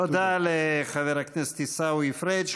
תודה לחבר הכנסת עיסאווי פריג'.